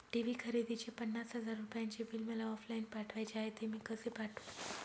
TV खरेदीचे पन्नास हजार रुपयांचे बिल मला ऑफलाईन पाठवायचे आहे, ते मी कसे पाठवू?